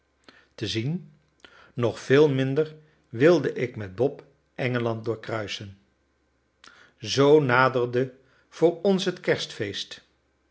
te zien nog veel minder wilde ik met bob engeland doorkruisen zoo naderde voor ons het kerstfeest